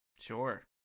Sure